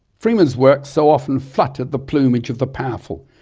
freeman's work so often fluttered the plumage of the powerful,